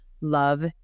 love